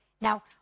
Now